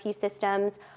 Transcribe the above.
systems